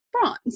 bronze